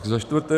Za čtvrté.